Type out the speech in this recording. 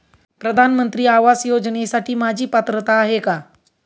प्रधानमंत्री आवास योजनेसाठी माझी पात्रता आहे का?